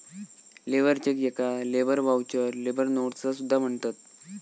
labour cheque याका labour voucher, labour notes असा सुद्धा म्हणतत